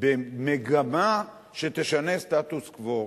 במגמה שתשנה סטטוס-קוו.